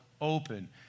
open